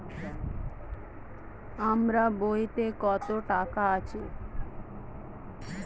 আমার বইতে কত টাকা আছে?